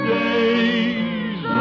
days